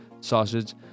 Sausage